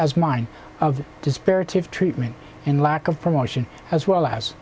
as mine of disparity of treatment and lack of promotion as well as